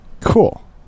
Cool